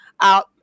out